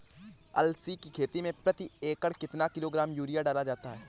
अलसी की खेती में प्रति एकड़ कितना किलोग्राम यूरिया डाला जाता है?